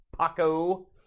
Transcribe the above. Paco